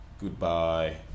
Goodbye